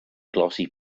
glossy